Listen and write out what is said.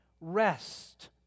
rest